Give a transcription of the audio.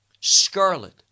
scarlet